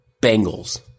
Bengals